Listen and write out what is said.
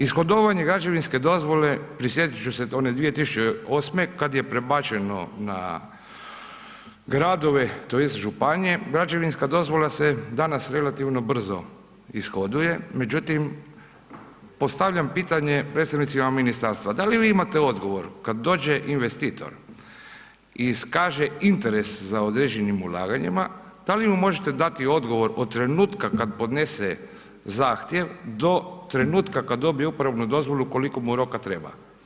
Ishodovanje građevinske dozvole, prisjetiti ću se one 2008. kada je prebačeno na gradove, tj. županije, građevinska dozvola se danas, relativno brzo ishoduje, međutim, postavljam pitanje predstavnicima ministarstva, da li vi imate odgovor, kada dođe investitor i iskaže interes za određenim ulaganjima, da li mu možete dati odgovor od trenutka kada podnese zahtjev do trenutka kada dobi upravnu dozvolu, koliko mu roka treba?